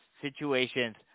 situations